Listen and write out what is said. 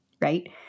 right